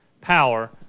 power